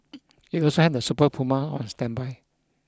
it also had a Super Puma on standby